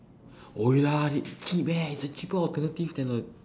!oi! lah cheap leh it's a cheaper alternative than the